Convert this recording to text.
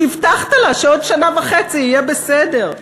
כי הבטחת לה שעוד שנה וחצי יהיה בסדר.